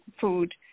food